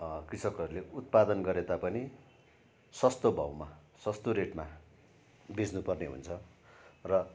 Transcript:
कृषकहरूले उत्पादन गरे तापनि सस्तो भाउमा सस्तो रेटमा बेच्नुपर्ने हुन्छ र